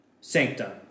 Sanctum